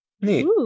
Neat